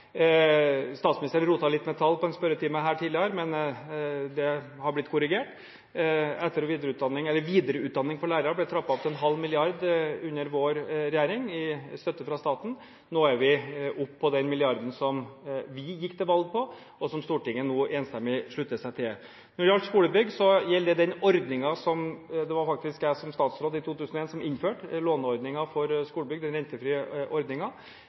Statsministeren rotet litt med tall i en spørretime her tidligere, men det har blitt korrigert. Videreutdanning for lærere ble under vår regjering trappet opp til en halv milliard i støtte fra staten. Nå er vi oppe på den milliarden som vi gikk til valg på, og som Stortinget nå enstemmig slutter seg til. For skolebygg gjelder den rentefrie låneordningen som det faktisk var jeg som statsråd i 2001 som innførte. Her økes rammene for